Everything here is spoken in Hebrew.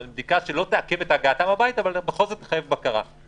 בדיקה שלא תעכב את הגעתם הביתה אבל בכל זאת תחייב בקרה.